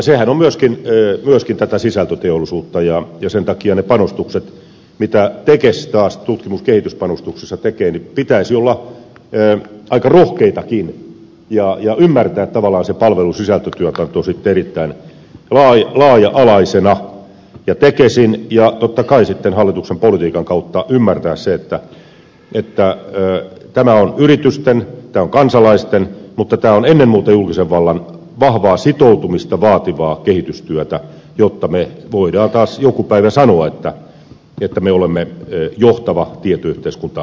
sehän on myöskin tätä sisältöteollisuutta ja sen takia niiden panostusten joita tekes tutkimus ja kehityspanostuksissaan tekee pitäisi olla aika rohkeitakin ja pitäisi ymmärtää tavallaan se palvelusisältötyö erittäin laaja alaisena ja tekesin ja totta kai hallituksen politiikan kautta ymmärtää se että tämä on yritysten tämä on kansalaisten mutta tämä on ennen muuta julkisen vallan vahvaa sitoutumista vaativaa kehitystyötä jotta me voimme taas joku päivä sanoa että me olemme johtava tietoyhteiskuntamaa maailmassa